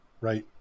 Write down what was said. Right